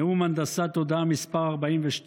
נאום הנדסת תודעה מס' 42,